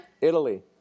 Italy